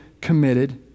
committed